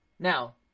Now